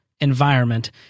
environment